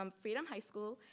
um freedom high school